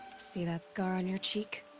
see that scar on your cheek?